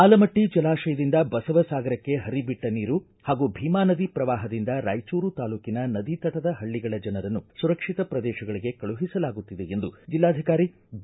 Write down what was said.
ಆಲಮಟ್ಟಿ ಜಲಾಶಯದಿಂದ ಬಸವಸಾಗರಕ್ಕೆ ಪರಿಬಿಟ್ಟ ನೀರು ಹಾಗೂ ಭೀಮಾ ನದಿ ಪ್ರವಾಪದಿಂದ ರಾಯಚೂರು ತಾಲೂಕಿನ ನದಿ ತಟದ ಪಳ್ಳಿಗಳ ಜನರನ್ನು ಸುರಕ್ಷಿತ ಪ್ರದೇಶಗಳಿಗೆ ಕಳುಹಿಸಲಾಗುತ್ತಿದೆ ಎಂದು ಜಿಲ್ಲಾಧಿಕಾರಿ ಬಿ